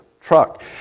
truck